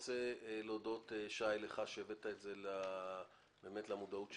אני רוצה להודות לשי קינן שהביא את זה למודעות שלי.